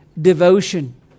devotion